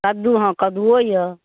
कद्दू हँ कद्दूओ यए